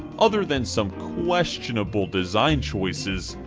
other than some questionable design choices,